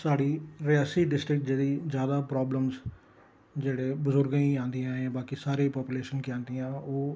साढ़ी रियासी ड़िस्ट्रिक्ट च जेह्ड़ी ज्यादा प्राॅब्लमस न जेह्ड़े बज़ुर्गें गी आंदियां न सारी पापूलेशन गी आंदियां न ओह् न